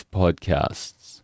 podcasts